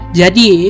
jadi